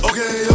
Okay